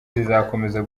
zizakomeza